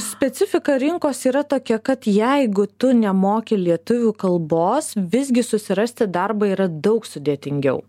specifika rinkos yra tokia kad jeigu tu nemoki lietuvių kalbos visgi susirasti darbą yra daug sudėtingiau